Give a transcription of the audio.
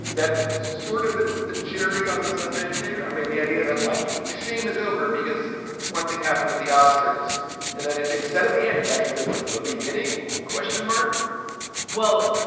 that's sort of the the cherry on the sunday there. i mean, the idea that, like, shame is over because one thing happened at the oscars and then ah instead of the end, it actually is is like the beginning question mark well,